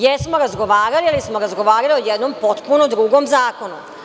Jesmo razgovarali, ali smo razgovarali o jednom potpuno drugom zakonu.